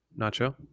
Nacho